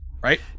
Right